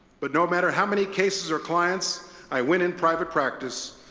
but no matter how many cases or clients i win in private practice,